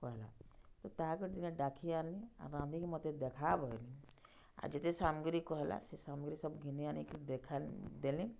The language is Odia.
କହେଲା ତ ତାହାକୁ ଟିକେ ଡାକି ଆନ୍ଲିଁ ଆଉ ରାନ୍ଧିକି ମତେ ଦେଖା ବଏଲିଁ ଆର୍ ଯେତେ ସାମଗ୍ରୀ କହେଲା ସେ ସାମଗ୍ରୀ ସବୁ ଘିନି ଆନିକି ଦେଖି ଦେଲିଁ